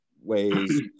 ways